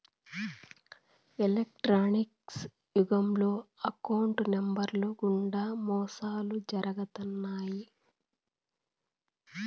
electronics యుగంలో account నెంబర్లు గుండా మోసాలు జరుగుతున్నాయి